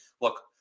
look